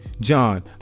John